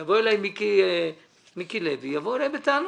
יבוא אלי מיקי לוי, יבואו אלי בטענות.